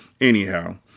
Anyhow